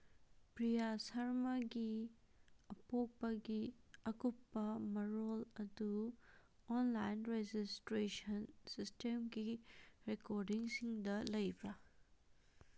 ꯄ꯭ꯔꯤꯌꯥ ꯁꯔꯃꯒꯤ ꯄꯣꯛꯄꯒꯤ ꯑꯀꯨꯞꯄ ꯃꯔꯣꯜ ꯑꯗꯨ ꯑꯣꯟꯂꯥꯏꯟ ꯔꯦꯖꯤꯁꯇ꯭ꯔꯦꯁꯟ ꯁꯤꯁꯇꯦꯝꯒꯤ ꯔꯦꯀꯣꯔꯗꯤꯡꯁꯤꯡꯗ ꯂꯩꯕ꯭ꯔꯥ